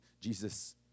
Jesus